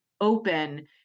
open